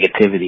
negativity